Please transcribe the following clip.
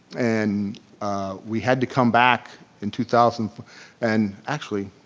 and we had to come back in two thousand and actually,